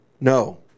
No